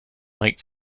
night